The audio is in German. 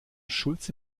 schulze